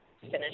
finish